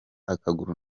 akaguru